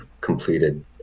completed